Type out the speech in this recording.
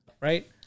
right